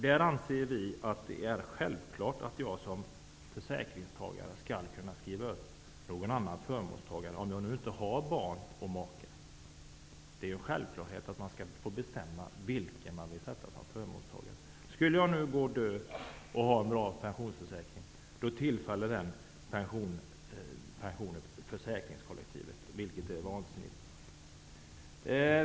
Vi anser att det är självklart att en försäkringstagare skall kunna sätta in någon annan förmånstagare, om försäkringstagaren inte har barn och make. Om jag hade en bra pensionsförsäkring och skulle gå och dö, tillfaller denna pension försäkringskollektivet, vilket är vansinnigt.